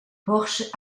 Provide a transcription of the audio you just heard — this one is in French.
porsche